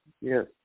Yes